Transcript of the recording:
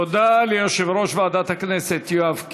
תודה ליושב-ראש ועדת הכנסת יואב קיש.